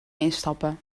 instappen